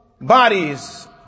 bodies